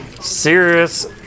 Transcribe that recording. serious